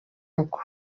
uko